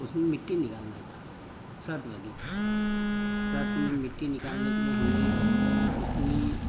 उसमें मिट्टी निकालना था शर्त लगी थी शर्त में मिट्टी निकालने के लिए हमने उसमें